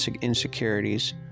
insecurities